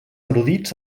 erudits